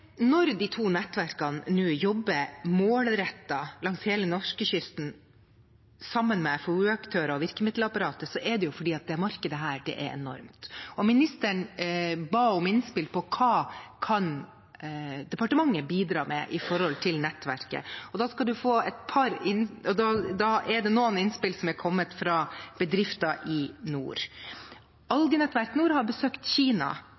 når de to nettverkene nå jobber målrettet langs hele norskekysten sammen med FOU-aktører og virkemiddelapparatet, er det fordi dette markedet er enormt. Ministeren ba om innspill på hva departementet kan bidra med for nettverket, og det er kommet noen innspill fra bedrifter i nord. Algenettverk Nord har besøkt Kina, for det er jo i Asia de har kommet lengst i